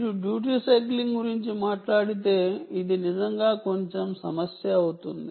మీరు duty cycling గురించి మాట్లాడితే ఇది నిజంగా కొంచెం సమస్య అవుతుంది